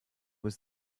was